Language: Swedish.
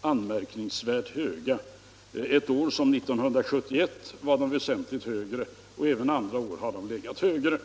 anmärkningsvärt höga — under ett år sådant som 1971 var de väsentligt högre, och även andra år har de legat högre.